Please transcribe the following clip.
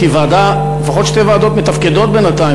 כי לפחות שתי ועדות מתפקדות בינתיים,